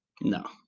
No